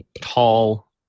tall